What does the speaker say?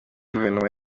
guverinoma